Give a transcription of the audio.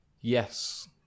yes